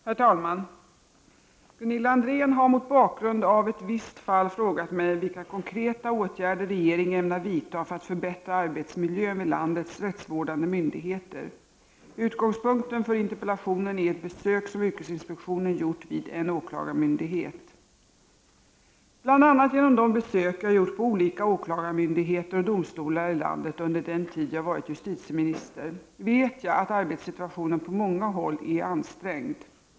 Herr talman! Gunilla André har mot bakgrund av ett visst fall frågat mig vilka konkreta åtgärder regeringen ämnar vidta för att förbättra arbetsmiljön vid landets rättsvårdande myndigheter. Utgångspunkten för interpellationen är ett besök som yrkesinspektionen gjort vid en åklagarmyndighet. Bl.a. genom de besök jag gjort på olika åklagarmyndigheter och domstolar i landet under den tid jag varit justitieminister vet jag att arbetssituationen på många håll är ansträngd.